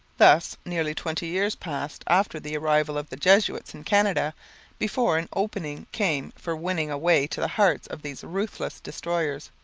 thus nearly twenty years passed after the arrival of the jesuits in canada before an opening came for winning a way to the hearts of these ruthless destroyers.